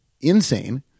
insane